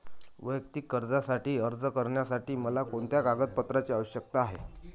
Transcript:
वैयक्तिक कर्जासाठी अर्ज करण्यासाठी मला कोणत्या कागदपत्रांची आवश्यकता आहे?